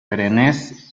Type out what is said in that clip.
perennes